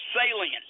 salient